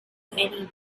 any